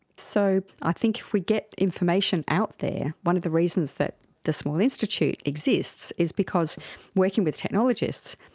so i think if we get information out there, one of the reasons that the small institute exists is because working with technologists,